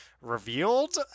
revealed